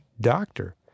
Doctor